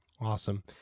Awesome